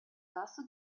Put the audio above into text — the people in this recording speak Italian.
tasso